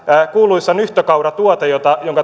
kuuluisan nyhtökauratuotteen